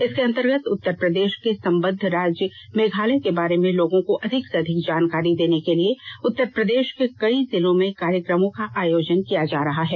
इसके अंतर्गत उत्तर प्रदेश के संबद्ध राज्य मेघालय के बारे में लोगों को अधिक से अधिक जानकारी देने के लिए उत्तरप्रदेष के कई जिलों में कार्यक्रमों का आयोजन किया जा रहा है